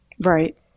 Right